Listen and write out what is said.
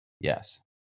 Yes